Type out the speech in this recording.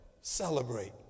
Celebrate